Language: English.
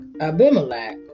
Abimelech